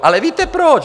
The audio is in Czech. Ale víte proč?